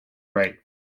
right